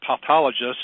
pathologists